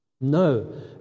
No